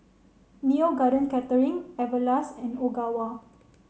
Neo Garden Catering Everlast and Ogawa